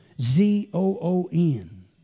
z-o-o-n